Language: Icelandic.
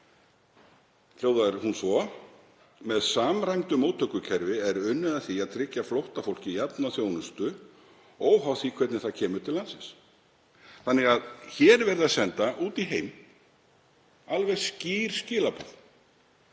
hljóðar hún svo: „Með samræmdu móttökukerfi er unnið að því að tryggja flóttafólki jafna þjónustu óháð því hvernig það kemur til landsins …“. Hér er verið að senda út í heim alveg skýr skilaboð.